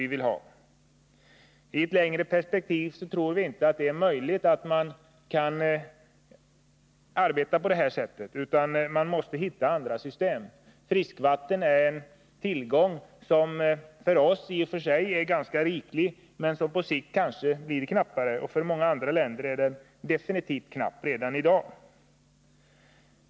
Utskottet tror inte att det i ett längre perspektiv är möjligt att fortsätta att arbeta på det sättet, utan man måste få fram andra system. Friskvatten är en tillgång som i och för sig är ganska riklig hos oss f. n. men som på sikt kanske blir knappare — för många andra länder är tillgången på friskvatten definitivt knapp redan i dag.